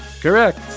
Correct